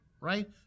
right